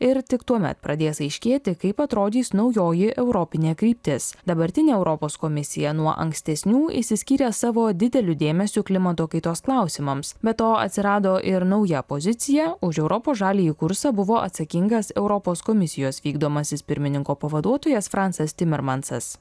ir tik tuomet pradės aiškėti kaip atrodys naujoji europinė kryptis dabartinė europos komisija nuo ankstesnių išsiskyrė savo dideliu dėmesiu klimato kaitos klausimams be to atsirado ir nauja pozicija už europos žaliąjį kursą buvo atsakingas europos komisijos vykdomasis pirmininko pavaduotojas francas timermancas